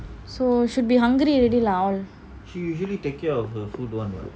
so should be hungry already lah all